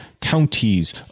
counties